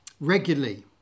regularly